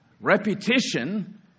Repetition